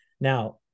Now